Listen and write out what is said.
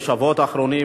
בשבועות האחרונים,